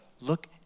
look